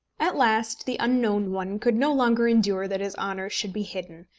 at last the unknown one could no longer endure that his honours should be hidden,